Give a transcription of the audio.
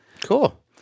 Cool